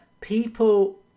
people